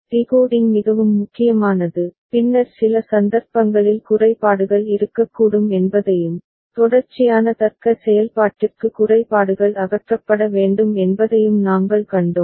decoding மிகவும் முக்கியமானது பின்னர் சில சந்தர்ப்பங்களில் குறைபாடுகள் இருக்கக்கூடும் என்பதையும் தொடர்ச்சியான தர்க்க செயல்பாட்டிற்கு குறைபாடுகள் அகற்றப்பட வேண்டும் என்பதையும் நாங்கள் கண்டோம்